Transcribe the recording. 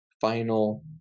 final